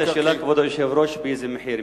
תמיד נשאלת השאלה, כבוד היושב-ראש: באיזה מחיר?